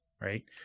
right